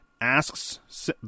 asks